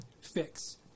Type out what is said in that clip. fix